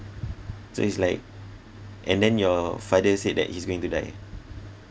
so it's like and then your father said that he's going to die